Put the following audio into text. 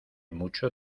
mucho